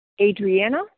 Adriana